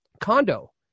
condo